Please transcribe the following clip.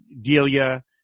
Delia